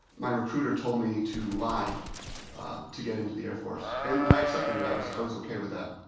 my recruiter told me to lie to get into the air force and i accepted it, i was i was ok with that.